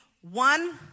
one